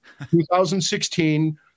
2016